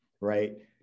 right